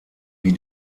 wie